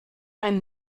einen